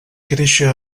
créixer